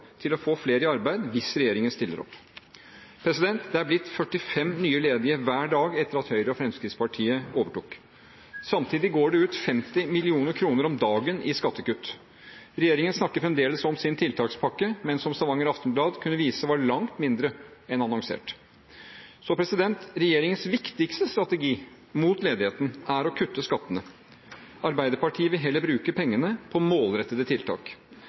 til å få flere i arbeid hvis regjeringen stiller opp. Det har blitt 45 nye ledige hver dag etter at Høyre og Fremskrittspartiet overtok. Samtidig går det ut 50 mill. kr om dagen i skattekutt. Regjeringen snakker fremdeles om sin tiltakspakke, men Stavanger Aftenblad kunne vise at den var langt mindre enn annonsert. Så regjeringens viktigste strategi mot ledigheten er å kutte skattene. Arbeiderpartiet vil heller bruke pengene på målrettede tiltak.